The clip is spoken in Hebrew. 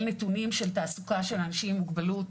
נתונים של תעסוקה של אנשים עם מוגבלות.